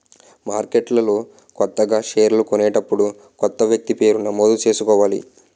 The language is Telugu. మార్కెట్లో కొత్తగా షేర్లు కొనేటప్పుడు కొత్త వ్యక్తి పేరు నమోదు చేసుకోవాలి